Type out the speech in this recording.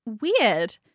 weird